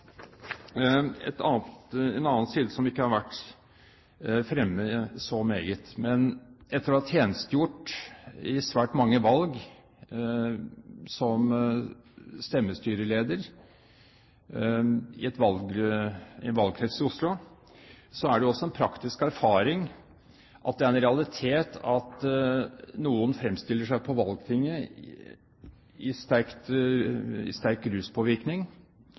en annen side som ikke har vært fremme så meget. Etter å ha tjenestegjort ved svært mange valg som stemmestyreleder i en valgkrets i Oslo har jeg den praktiske erfaring at det er en realitet at noen fremstiller seg på valgtinget i sterk ruspåvirkning.